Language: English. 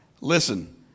Listen